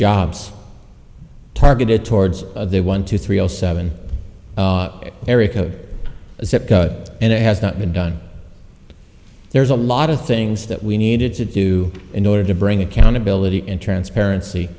jobs targeted towards their one two three zero seven area code and it has not been done there's a lot of things that we needed to do in order to bring accountability and transparency